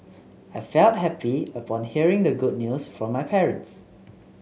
I felt happy upon hearing the good news from my parents